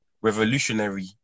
revolutionary